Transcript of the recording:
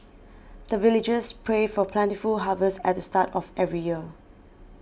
the villagers pray for plentiful harvest at the start of every year